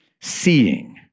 seeing